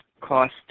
cost